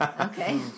Okay